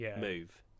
move